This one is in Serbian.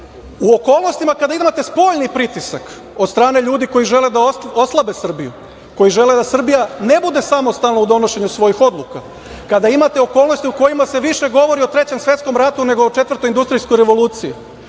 u okolnostima kada imate spoljni pritisak od strane ljudi koji žele da oslabe Srbiju, koji žele da Srbija ne bude samostalna u donošenju svojih odluka, kada imate okolnosti o kojima se više govori o trećem svetskom ratu, nego o četvrtoj industrijskoj revoluciji,